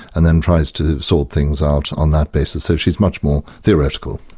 and then tries to sort things out on that basis. so she's much more theoretical.